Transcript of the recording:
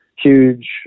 huge